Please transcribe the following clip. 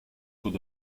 could